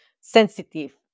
sensitive